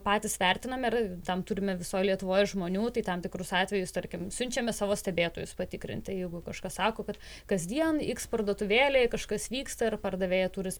patys vertiname ir tam turime visoj lietuvoj žmonių tai tam tikrus atvejus tarkim siunčiame savo stebėtojus patikrinti jeigu kažkas sako kad kasdien iks parduotuvėlėj kažkas vyksta ir pardavėja turi